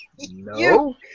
No